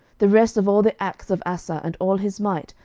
the rest of all the acts of asa, and all his might,